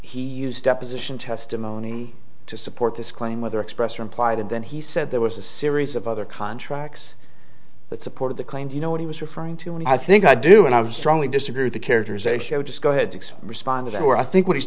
he used deposition testimony to support this claim whether expressed or implied and then he said there was a series of other contracts that supported the claims you know what he was referring to and i think i do and i would strongly disagree with the character's a show just go ahead to respond to that or i think what he's